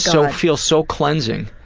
so it feels so cleansing.